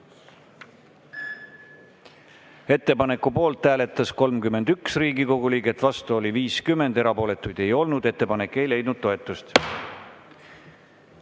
Ettepaneku poolt hääletas 31 Riigikogu liiget, vastu oli 50, erapooletuid ei olnud. Ettepanek ei leidnud toetust.